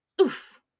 oof